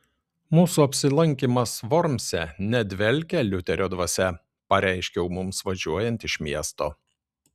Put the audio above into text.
mūsų apsilankymas vormse nedvelkia liuterio dvasia pareiškiau mums važiuojant iš miesto